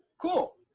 cool.